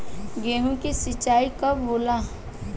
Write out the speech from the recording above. गेहूं के सिंचाई कब होला?